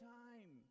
time